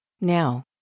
Now